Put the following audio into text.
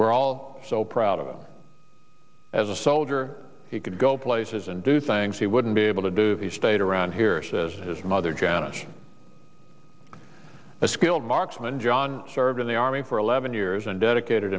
we're all so proud of him as a soldier he could go places and do things he will to be able to do the state around here says his mother janet a skilled marksman john served in the army for eleven years and dedicated